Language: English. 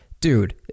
dude